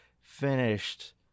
finished